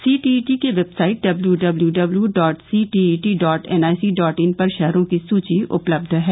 CTET की website W W W dot CTET dot NIC dot in पर शहरों की सूची उपलब्य है